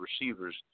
receivers